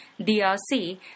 DRC